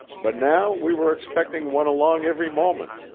but now we were expecting one along every moment,